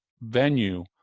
venue